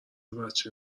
بچه